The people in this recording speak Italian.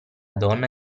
donna